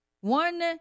One